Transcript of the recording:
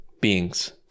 beings